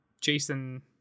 Jason